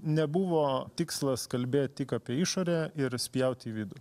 nebuvo tikslas kalbėt tik apie išorę ir spjaut į vidų